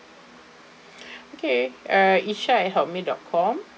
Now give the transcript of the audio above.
okay err isha at Hotmail dot com